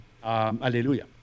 Hallelujah